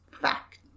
Fact